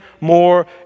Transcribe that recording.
more